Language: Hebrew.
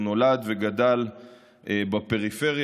נולד וגדל בפריפריה,